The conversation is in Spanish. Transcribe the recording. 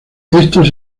estos